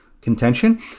contention